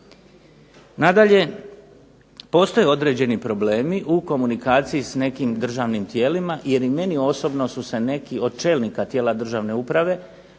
Nadalje, postoje određeni problemi u komunikaciji s nekim državnim tijelima jer i meni osobno su se neki od čelnika tijela Državne uprave